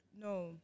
no